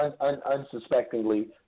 Unsuspectingly